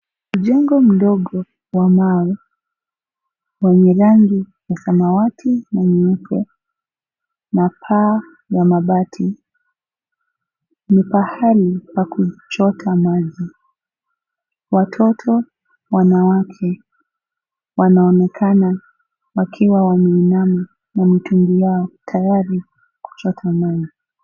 Ujengo mdogo wa mawe wenye rangi ya samawati na nyeupe na paa ya mabati. Ni pahali pa kuchota maji. Watoto wanawake wanaonekana wakiwa wameinama na mtungi wao tayari kuchota maji.